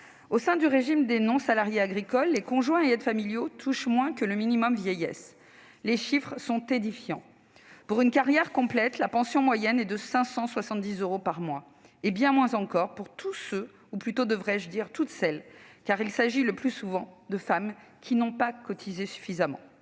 Au sein du régime des non-salariés agricoles, les conjoints et aides familiaux touchent moins que le minimum vieillesse. Les chiffres sont édifiants : pour une carrière complète, la pension moyenne est de 570 euros par mois, et bien moins encore pour tous ceux ou plutôt, devrais-je dire, toutes celles- il s'agit le plus souvent de femmes -qui n'ont pas cotisé suffisamment.